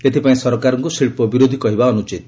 ଏଥିପାଇଁ ସରକାରଙ୍କୁ ଶିଳ୍ପ ବିରୋଧୀ କହିବା ଅନୁଚିତ